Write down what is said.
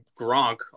Gronk